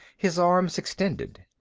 his arms extended.